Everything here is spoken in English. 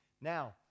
Now